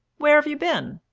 where have you been?